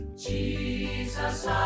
Jesus